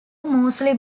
mostly